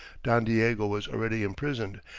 don diego was already imprisoned,